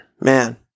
Man